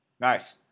Nice